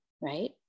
right